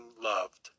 loved